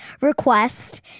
request